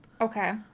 Okay